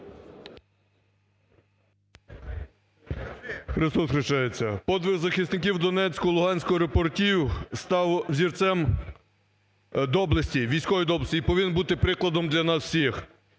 Христос Хрещається. Подвиг захисників Донецького і Луганського аеропортів став взірцем доблесті, військової доблесті і повинен бути прикладом для нас всіх.